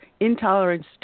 intolerance